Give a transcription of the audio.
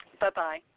Bye-bye